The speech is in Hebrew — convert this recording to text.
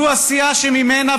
זו הסיעה שממנה,